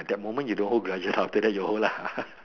that moment you don't hold grudges after that you hold lah